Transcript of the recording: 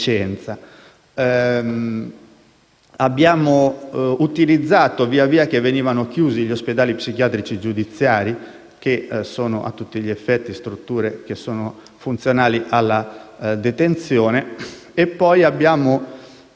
Abbiamo utilizzato, via via che venivano chiusi, gli ospedali psichiatrici giudiziari - che sono a tutti gli effetti strutture funzionali alla detenzione - e abbiamo ipotizzato